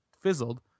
fizzled